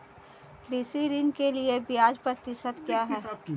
कृषि ऋण के लिए ब्याज प्रतिशत क्या है?